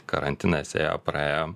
karantinas ėjo praėjo